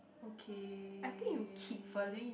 okay